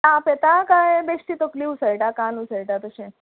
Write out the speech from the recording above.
ताप येता काय बिश्टी तकली उसळटा कान उसळटा तशें